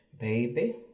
Baby